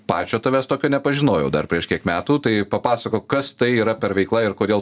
pačio tavęs tokio nepažinojau dar prieš kiek metų tai papasakok kas tai yra per veikla ir kodėl